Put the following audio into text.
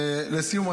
רק לסיום,